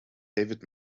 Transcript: david